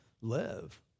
live